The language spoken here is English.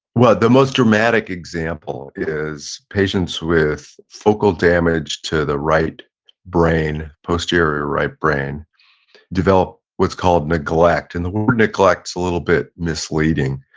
well, the most dramatic example is patients with focal damage to the right brain, posterior right brain develop what's called neglect and the word neglect is a little bit misleading.